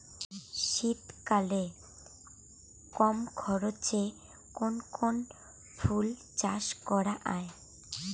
শীতকালে কম খরচে কোন কোন ফুল চাষ করা য়ায়?